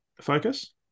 focus